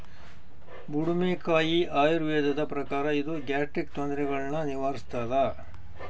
ಬುಡುಮೆಕಾಯಿ ಆಯುರ್ವೇದದ ಪ್ರಕಾರ ಇದು ಗ್ಯಾಸ್ಟ್ರಿಕ್ ತೊಂದರೆಗುಳ್ನ ನಿವಾರಿಸ್ಥಾದ